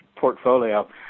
Portfolio